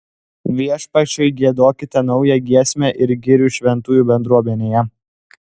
viešpačiui giedokite naują giesmę ir gyrių šventųjų bendruomenėje